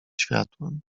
światłem